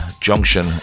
Junction